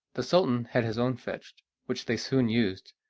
the sultan had his own fetched, which they soon used,